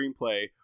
screenplay